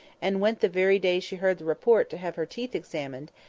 and went the very day she heard the report to have her teeth examined,